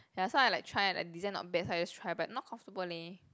ya so I like try like design not bad so I just try but not comfortable leh